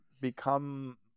become